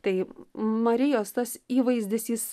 tai marijos tas įvaizdis jis